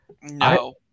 no